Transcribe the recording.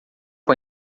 com